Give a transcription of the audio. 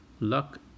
Luck